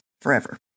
forever